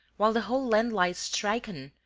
while the whole land lies striken,